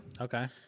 Okay